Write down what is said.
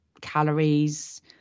calories